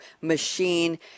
machine